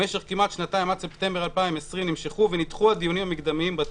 במשך כמעט שנתיים עד ספטמבר 2020 נמשכו ונדחו הדיונים המקדמיים בתיק.